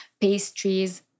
pastries